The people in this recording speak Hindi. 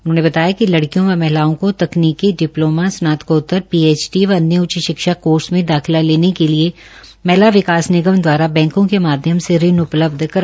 उन्होंने बताया कि लड़कियों व महिलाओं को तकनीकी डिप्लोमा स्नातकोतर पीएचडी व अन्य उच्च शिक्षा कोर्स में दाखिला लेने के लिए महिला विकास निगम दवारा बैंकों के माध्यम से ऋण उपलब्ध करवाया जाता है